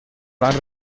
van